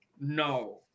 no